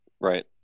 Right